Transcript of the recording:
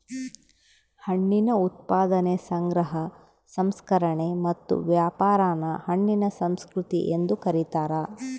ಹಣ್ಣಿನ ಉತ್ಪಾದನೆ ಸಂಗ್ರಹ ಸಂಸ್ಕರಣೆ ಮತ್ತು ವ್ಯಾಪಾರಾನ ಹಣ್ಣಿನ ಸಂಸ್ಕೃತಿ ಎಂದು ಕರೀತಾರ